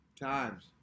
times